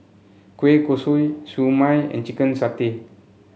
Kueh Kosui Siew Mai and Chicken Satay